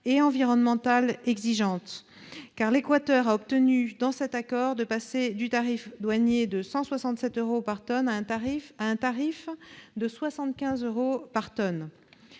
et environnementales exigeantes. En effet, l'Équateur a obtenu, dans cet accord, de passer d'un tarif douanier de 167 euros par tonne à un tarif de 75 euros par tonne.